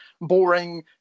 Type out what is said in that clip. boring